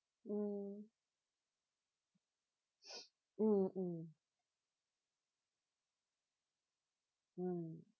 mm mm mm mm